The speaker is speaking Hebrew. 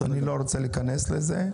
אני לא רוצה להיכנס לזה.